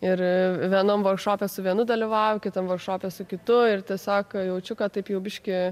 ir vienam vorkšope su vienu dalyvauju šope su kitu ir tiesiog jaučiu kad taip jau biškį